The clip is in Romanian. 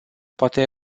poate